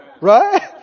Right